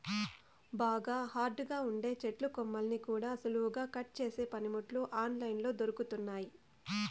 బాగా హార్డ్ గా ఉండే చెట్టు కొమ్మల్ని కూడా సులువుగా కట్ చేసే పనిముట్లు ఆన్ లైన్ లో దొరుకుతున్నయ్యి